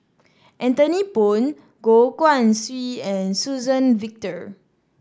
Anthony Poon Goh Guan Siew and Suzann Victor